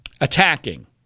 Attacking